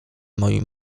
moim